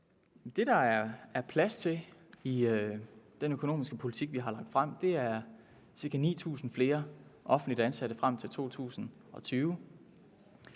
Det, der er plads til med den økonomiske politik, vi har lagt frem, er ca. 9.000 flere offentligt ansatte frem til 2020.